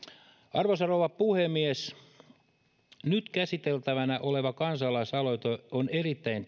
arvoisa rouva puhemies nyt käsiteltävänä oleva kansalaisaloite on erittäin